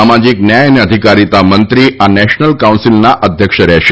સામાજિક ન્યાય અને અધિકારિતા મંત્રી આ નેશનલ કાઉન્સિલના અધ્યક્ષ રહેશે